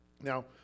now